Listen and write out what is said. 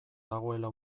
dagoela